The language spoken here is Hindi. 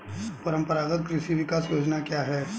परंपरागत कृषि विकास योजना क्या है?